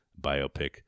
biopic